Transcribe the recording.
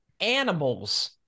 animals